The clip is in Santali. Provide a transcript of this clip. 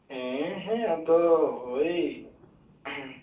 ᱦᱮᱸ ᱦᱮᱸ ᱟᱫᱚ ᱳᱭ